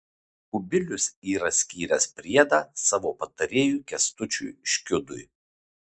kubilius yra skyręs priedą savo patarėjui kęstučiui škiudui